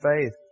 faith